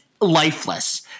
lifeless